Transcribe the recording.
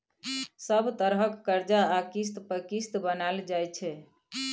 सब तरहक करजा आ किस्त पर किस्त बनाएल जाइ छै